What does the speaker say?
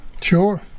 Sure